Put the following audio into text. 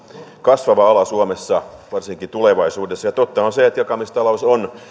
kasvava ala suomessa varsinkin tulevaisuudessa ja totta on se että jakamistalous on